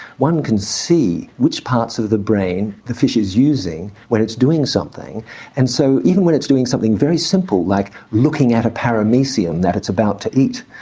one can see which parts of the brain the fish is using when it's doing something and so even when it's doing something very simple, like looking at a paramecium that it's about to eat,